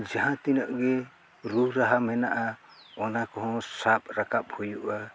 ᱡᱟᱦᱟᱸ ᱛᱤᱱᱟᱹᱜ ᱜᱮ ᱨᱩ ᱨᱟᱦᱟ ᱢᱮᱱᱟᱜᱼᱟ ᱚᱱᱟ ᱠᱚᱦᱚᱸ ᱥᱟᱵ ᱨᱟᱠᱟᱵ ᱦᱩᱭᱩᱜᱼᱟ